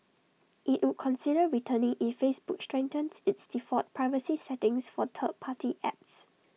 IT would consider returning if Facebook strengthens its default privacy settings for third party apps